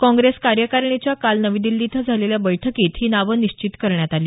काँग्रेस कार्यकारिणीच्या काल नवी दिल्ली इथं झालेल्या बैठकीत ही नावं निश्चित करण्यात आली